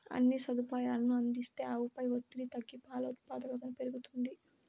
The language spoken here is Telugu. అన్ని సదుపాయాలనూ అందిస్తే ఆవుపై ఒత్తిడి తగ్గి పాల ఉత్పాదకతను పెరుగుతుంది